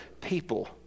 people